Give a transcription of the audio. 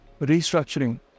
Restructuring